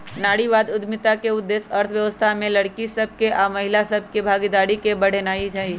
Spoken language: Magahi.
नारीवाद उद्यमिता के उद्देश्य अर्थव्यवस्था में लइरकि सभ आऽ महिला सभ के भागीदारी के बढ़ेनाइ हइ